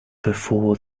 before